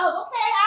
okay